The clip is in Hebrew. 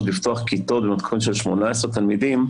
לפתוח כיתות במתכונת של 18 תלמידים,